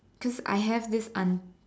cause I have this aunt